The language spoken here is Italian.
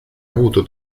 avuto